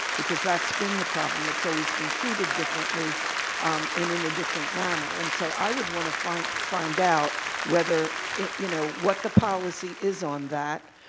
because that's been the problem. it's always been treated differently and in a different manner. and so i would want to find find out whether. you know, what the policy is on that